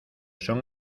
son